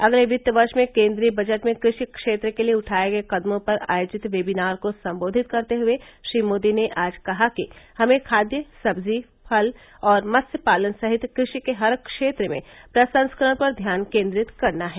अगले वित्त वर्ष में केंद्रीय बजट में कृषि क्षेत्र के लिए उठाए गए कदमों पर आयोजित वेबिनार को संबोधित करते हुए श्री मोदी ने आज कहा कि हमें खाद्य सब्जी फल और मत्स्यपालन सहित कृषि के हर क्षेत्र में प्रसंस्करण पर ध्यान केंद्रित करना है